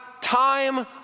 time